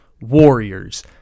Warriors